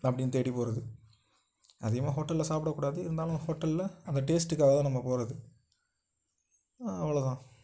அப்படின்னு தேடிப் போகிறது அதிகமாக ஹோட்டலில் சாப்பிடக் கூடாது இருந்தாலும் ஹோட்டலில் அந்த டேஸ்ட்டுகாக தான் நம்ம போகிறது அவ்வளோ தான்